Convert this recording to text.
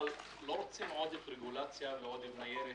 אבל לא רוצים עודף רגולציה ועוד עם ניירת